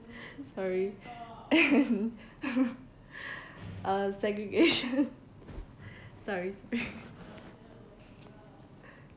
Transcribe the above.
sorry uh segregation sorry